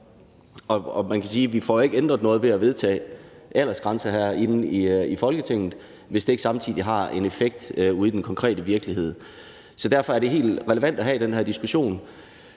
ændret noget, kan man sige, ved at vedtage aldersgrænser herinde i Folketinget, hvis det ikke samtidig har en effekt ude i den konkrete virkelighed. Derfor er det helt relevant at have den her diskussion.